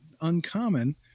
uncommon